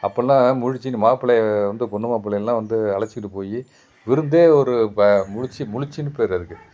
அப்பெலாம் முழிச்சினு மாப்பிளய வந்து பொண்ணு மாப்பிளையலாம் வந்து அழைச்சிட்டு போய் விருந்தே ஒரு ப முழிச்சி முழிச்சின்னு பேர் அதுக்கு